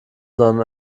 sondern